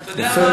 ואתה יודע מה?